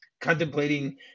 contemplating